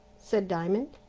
said diamond.